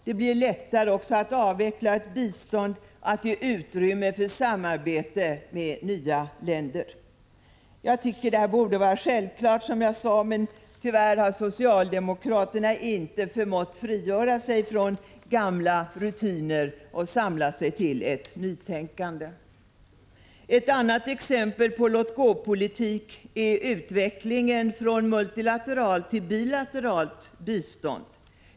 Det skulle också bli lättare att avveckla ett bistånd och att ge utrymme för samarbete med nya länder. Jag tycker, som sagt, att det här borde vara självklart, men tyvärr har socialdemokraterna inte förmått frigöra sig ifrån gamla rutiner och samla sig till ett nytänkande. Ett annat exempel på låt-gå-politik är utvecklingen från multilateralt till bilateralt bistånd.